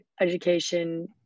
education